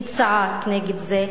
מי צעק נגד זה?